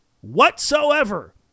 whatsoever